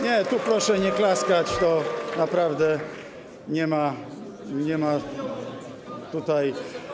Nie, tu proszę nie klaskać, to naprawdę nie ma tutaj.